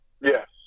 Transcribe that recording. Yes